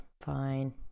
Fine